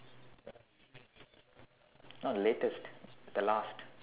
not the latest the last